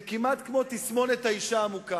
זה כמעט כמו תסמונת האשה המוכה,